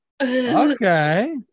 Okay